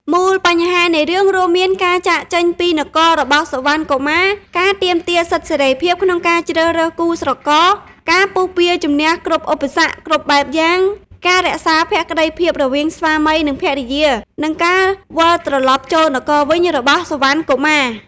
មូលបញ្ហានៃរឿងរួមមានការចាកចេញពីនគររបស់សុវណ្ណកុមារ ការទាមទារសិទ្ធិសេរីភាពក្នុងការជ្រើសរើសគូស្រករ ការពុះពារជំនះគ្រប់ឧបសគ្គគ្រប់បែបយ៉ាង ការរក្សាភក្តីភាពរវាងស្វាមី និងភរិយា និងការវិលត្រឡប់ចូលនគរវិញរបស់សុវណ្ណកុមារ។